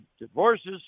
divorces